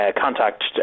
contact